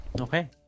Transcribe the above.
okay